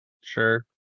Sure